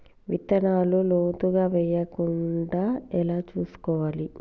విత్తనాలు లోతుగా వెయ్యకుండా ఎలా చూసుకోవాలి?